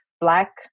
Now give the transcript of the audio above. black